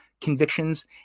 convictions